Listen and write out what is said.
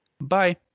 bye